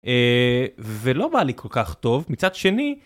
ולא בא לי כל כך טוב מצד שני